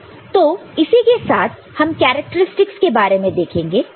तो इसी के साथ हम कैरेक्टरिस्टिक के बारे में देखेंगे